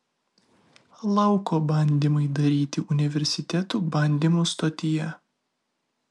lauko bandymai daryti universiteto bandymų stotyje